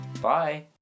bye